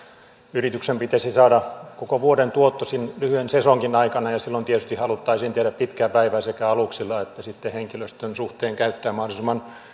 yrityksen pitäisi saada koko vuoden tuotto lyhyen sesongin aikana ja silloin tietysti haluttaisiin tehdä pitkää päivää sekä aluksella että sitten henkilöstön suhteen käyttää mahdollisimman